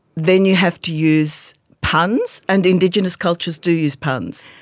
then you have to use puns, and indigenous cultures do use puns.